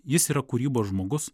jis yra kūrybos žmogus